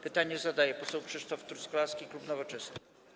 Pytanie zadaje poseł Krzysztof Truskolaski, klub Nowoczesna.